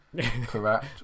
correct